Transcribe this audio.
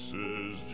Says